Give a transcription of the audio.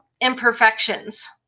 imperfections